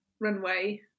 runway